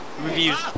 Reviews